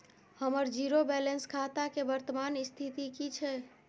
हमर zero balance खाता के वर्तमान स्थिति की छै?